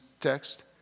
text